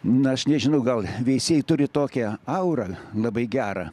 na aš nežinau gal veisiejai turi tokią aurą labai gerą